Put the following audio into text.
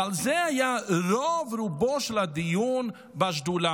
ועל זה היה רוב-רובו של הדיון בשדולה.